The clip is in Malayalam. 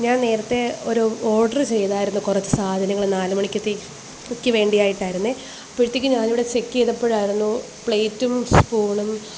ഞാന് നേരത്തെ ഒരു ഓര്ഡര് ചെയ്തായിരുന്നു കുറച്ച് സാധനങ്ങൾ നാലുമണിക്കത്തേ ക്ക് വേണ്ടിയിട്ടായിരുന്നു അപ്പോഴത്തേക്കും ഞാനിവിടെ ചെക്ക് ചെയ്തപ്പോഴായിരുന്നു പ്ലേറ്റും സ്പൂണും